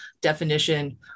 definition